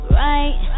right